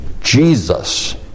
Jesus